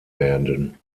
werden